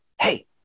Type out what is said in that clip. Hey